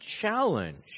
challenge